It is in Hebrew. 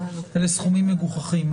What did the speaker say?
אלה סכומים מגוחכים,